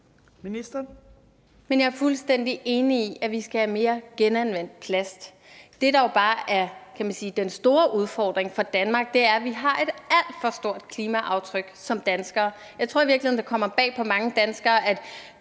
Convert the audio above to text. Jeg er fuldstændig enig i, at vi have mere genanvendt plast. Det, der jo bare er den store udfordring for Danmark, er, at vi har et alt for stort klimaaftryk som danskere. Jeg tror i virkeligheden, det kommer bag på mange danskere,